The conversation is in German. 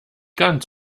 ganz